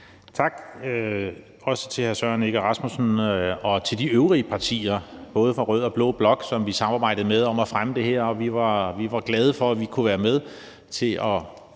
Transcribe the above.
Tak til hr. Søren Egge Rasmussen og til de øvrige partier, både fra rød og blå blok, som vi samarbejdede med om at fremme det her, og vi var glade for, at vi kunne være med til at